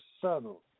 subtle